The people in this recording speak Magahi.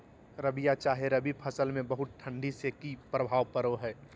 रबिया चाहे रवि फसल में बहुत ठंडी से की प्रभाव पड़ो है?